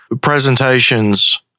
presentations